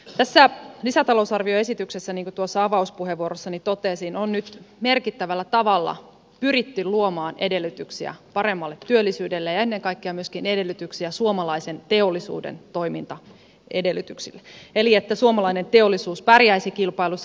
tässä lisätalousarvioesityksessä niin kuin tuossa avauspuheenvuorossani totesin on nyt merkittävällä tavalla pyritty luomaan edellytyksiä paremmalle työllisyydelle ja ennen kaikkea myöskin edellytyksiä suomalaisen teollisuuden toimintaedellytyksille eli sille että suomalainen teollisuus pärjäisi kilpailussa